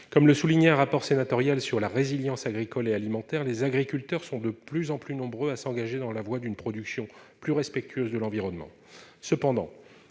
comme le soulignait un rapport sénatorial sur la résilience agricole et alimentaire, les agriculteurs sont de plus en plus nombreux à s'engager dans la voie d'une production plus respectueuse de l'environnement,